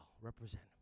represent